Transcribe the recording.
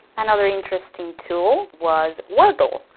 another interesting tool was wordle.